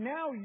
Now